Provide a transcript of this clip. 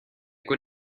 con